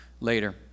later